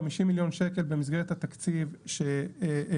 50 מיליון שקל במסגרת התקציב שהעמידו